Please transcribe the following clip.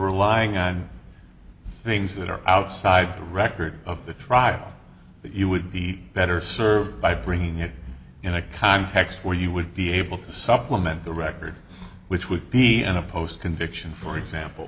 relying on things that are outside the record of the trial that you would be better served by bringing it in a context where you would be able to supplement the record which would be in a post conviction for example